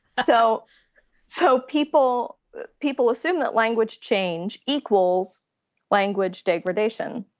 so so people people assume that language change equals language degradation,